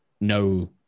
no